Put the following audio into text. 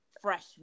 fresh